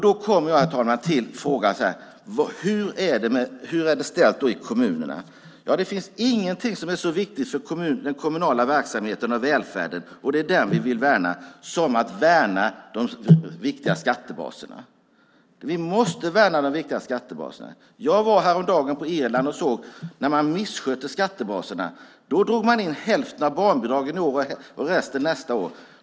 Då kommer jag till frågan hur det är ställt i kommunerna. Ingenting är så viktigt för de kommunala verksamheterna och välfärden - och det är den vi vill värna - som att värna de viktiga skattebaserna. Vi måste värna dem. Jag var häromdagen på Irland och såg hur det gick när man misskötte skattebaserna. Då drog man in hälften av barnbidragen ena året och resten året därpå.